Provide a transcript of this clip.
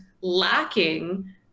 lacking